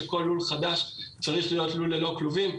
שכל לול חדש צריך להיות לול ללא כלובים.